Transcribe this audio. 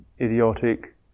idiotic